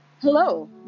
Hello